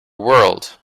world